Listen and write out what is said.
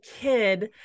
kid